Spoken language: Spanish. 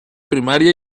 primaria